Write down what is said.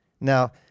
Now